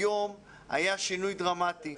היום היה שינוי דרמטי,